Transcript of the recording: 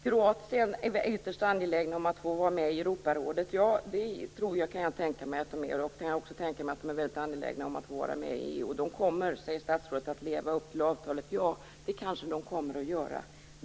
Ja, jag kan mycket väl tänka mig att man i Kroatien är ytterst angelägen att få vara med i Europarådet. Jag kan också tänka mig att man är väldigt angelägen om att få vara med i EU. Statsrådet sade att Kroatien kommer att leva upp till avtalet, och det kanske man gör.